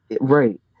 right